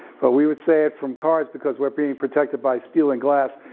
but we would say it from cars because we're being protected by steel and glass,